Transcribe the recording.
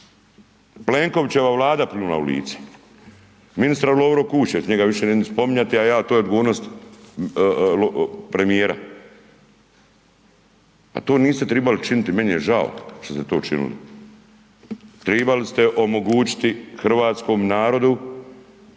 Plenkovićeva Vlada pljunula u lice, ministar Lovro Kuščević njega više neću ni spominjati, a ja, to je odgovornost premijera, a to niste tribali činiti, meni je žao što ste to činili, tribali ste omogućiti hrvatskom narodu,